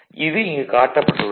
அது இங்கு காட்டப்பட்டுள்ளது